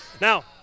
Now